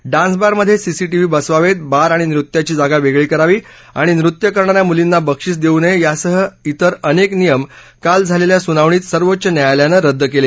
डान्सबारमध्ये CCTV बसवावेत bar आणि नृत्याची जागा वेगळी करावी आणि नृत्य करणा या मुलींना बक्षीस देऊ नये यासह इतर अनेक नियम काल झालेल्या सुनावणीत सर्वोच्च न्यायालयानं रद्द केले